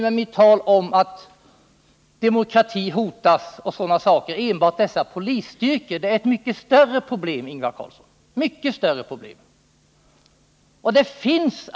Med mitt tal om att demokratin hotas menar jag inte enbart dessa polisstyrkor utan att det i detta sammanhang finns ett mycket större problem, Ingvar Carlsson.